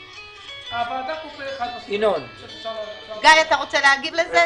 גיא, אתה רוצה להגיב לזה?